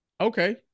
Okay